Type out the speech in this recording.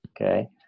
Okay